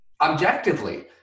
objectively